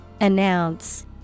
Announce